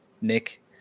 Nick